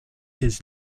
his